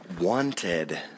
wanted